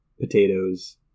potatoes